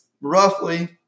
roughly